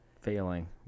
failing